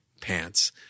pants